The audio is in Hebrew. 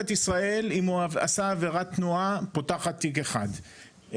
ישראל אם הוא עשה עבירת תנועה פותחת תיק אחד,